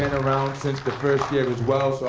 and around since the first year, was well.